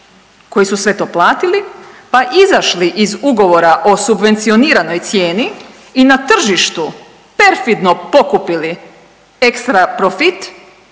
koji su sve to platili, pa izašli iz ugovora o subvencioniranoj cijeni i na tržištu perfidno pokupili ekstra profit,